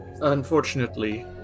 Unfortunately